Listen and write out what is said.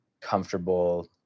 comfortable